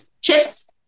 chips